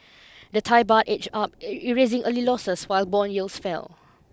the Thai Baht edged up erasing early losses while bond yields fell